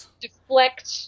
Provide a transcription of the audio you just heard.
deflect